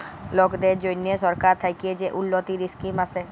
লকদের জ্যনহে সরকার থ্যাকে যে উল্ল্যতির ইসকিম আসে